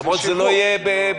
למרות שזה לא יהיה בכסף?